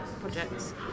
projects